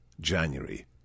January